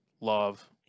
love